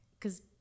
cause